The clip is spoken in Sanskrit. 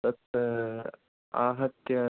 तत् आहत्य